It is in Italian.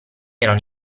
erano